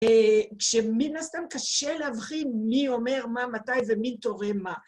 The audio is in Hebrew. כשמין הסתם קשה להבחין מי אומר מה מתי ומי תורם מה.